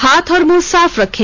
हाथ और मुंह साफ रखें